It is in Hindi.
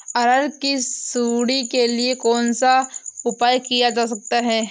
अरहर की सुंडी के लिए कौन सा उपाय किया जा सकता है?